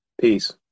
Peace